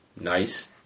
Nice